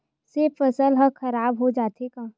से फसल ह खराब हो जाथे का?